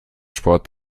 sport